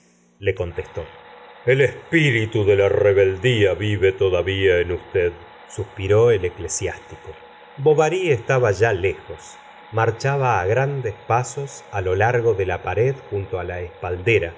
le contestó el espíritu de la rebeldía vive todav i a en usted suspiró el eclesiástico bovary estaba ya lejos marchaba á grandes pasos á lo largo de la pared junto á la espaldera